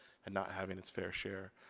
and not having it's fair share.